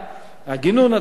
הגינון הציבורי,